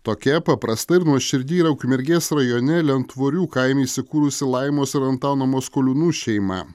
tokia paprasta ir nuoširdi yra ukmergės rajone lentvorių kaime įsikūrusi laimos ir antano maskuliunų šeima